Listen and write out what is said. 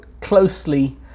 closely